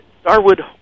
Starwood